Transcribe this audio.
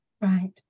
right